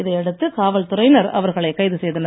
இதையடுத்து காவல் துறையினர் அவர்களை கைது செய்தனர்